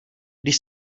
když